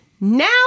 Now